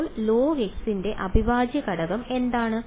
അപ്പോൾ log ന്റെ അവിഭാജ്യഘടകം എന്താണ്